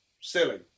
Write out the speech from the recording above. silly